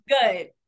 good